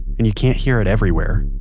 and you can't hear it everywhere.